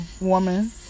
woman